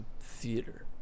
theater